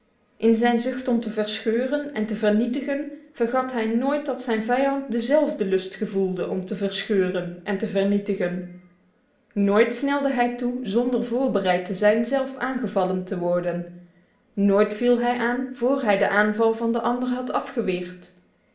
in zijn zucht om te verscheuren en te vernietigen vergat hij nooit dat zijn vijand dezelfde lust gevoelde om te verscheuren en te vernietigen nooit snelde hij toe zonder er op voorbereid te zijn zelf aangevallen te worden nooit viel hij aan voor hij de aanval van den ander had afgeweerd